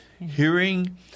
hearing